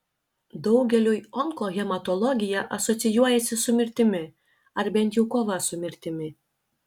daugeliui onkohematologija asocijuojasi su mirtimi ar bent jau kova su mirtimi